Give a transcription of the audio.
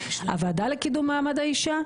הוועדה לקידום מעמד האישה,